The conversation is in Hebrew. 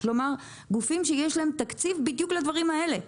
כלומר לגופים שיש להם תקציב בדיוק לדברים האלה.